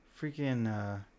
Freaking